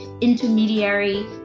intermediary